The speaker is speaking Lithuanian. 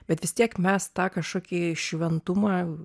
bet vis tiek mes tą kašokį šventumą